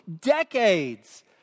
decades